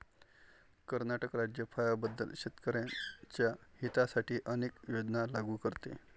कर्नाटक राज्य फळांबद्दल शेतकर्यांच्या हितासाठी अनेक योजना लागू करते